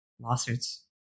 lawsuits